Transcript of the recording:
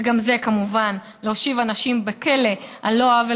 וגם זה כמובן להושיב אנשים בכלא על לא עוול